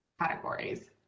categories